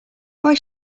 why